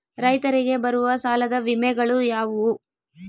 ರೈತರಿಗೆ ಬರುವ ಸಾಲದ ವಿಮೆಗಳು ಯಾವುವು?